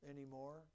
anymore